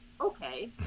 okay